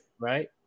Right